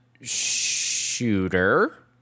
shooter